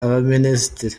abaminisitiri